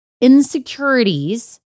insecurities